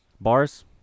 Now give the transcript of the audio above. bars